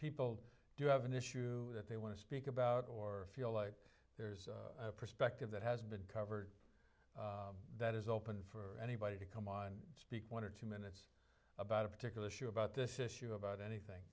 people do have an issue that they want to speak about or feel like a perspective that has been covered that is open for anybody to come on speak one or two minutes about a particular issue about this issue about anything